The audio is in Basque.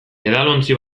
edalontzi